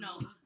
No